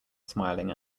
smiling